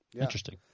interesting